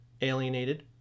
Alienated